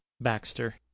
Baxter